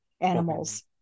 animals